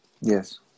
Yes